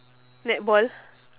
netball